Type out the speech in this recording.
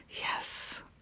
Yes